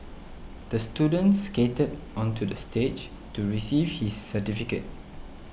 the student skated onto the stage to receive his certificate